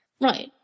Right